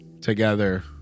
together